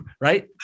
right